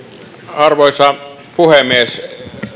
arvoisa puhemies